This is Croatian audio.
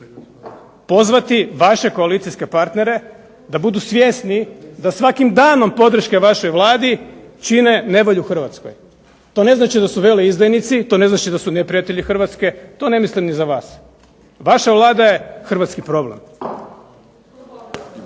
pozvati vaše koalicijske partnere da budu svjesni da svakim danom podrške vašoj Vladi čine nevolju Hrvatskoj. To ne znači da su veleizdajnici, to ne znače da su neprijatelji Hrvatske, to ne mislim ni za vas. Vaša Vlada je hrvatski problem.